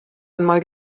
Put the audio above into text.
einmal